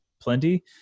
plenty